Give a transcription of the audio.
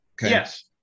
Yes